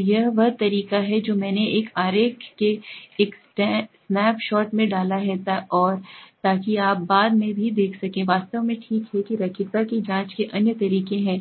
तो यह वह तरीका है जो मैंने एक आरेख के एक स्नैप शॉट में डाला है और ताकि आप बाद में भी देख सकें वास्तव में ठीक है कि रैखिकता की जाँच के अन्य तरीके हैं